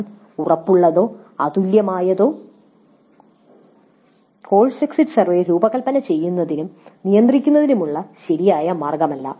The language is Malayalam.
എന്നാൽ ഉറപ്പുള്ളതോ അതുല്യമായതോ കോഴ്സ് എക്സിറ്റ്സർവേ രൂപകൽപ്പന ചെയ്യുന്നതിനും നിയന്ത്രിക്കുന്നതിനുമുള്ള ശരിയായ മാർഗ്ഗമില്ല